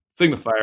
signifier